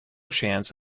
chance